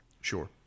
Sure